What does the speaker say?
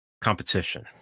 competition